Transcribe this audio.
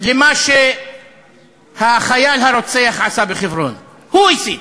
למה שהחייל הרוצח עשה בחברון, הוא הסית,